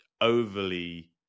overly